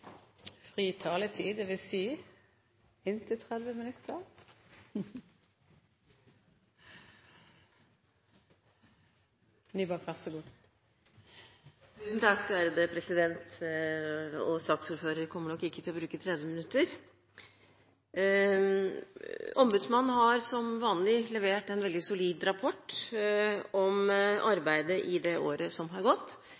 taletid på inntil 30 minutter. Saksordføreren kommer nok ikke til å bruke 30 minutter, president. Ombudsmannen har som vanlig levert en veldig solid rapport om arbeidet i det året som har gått.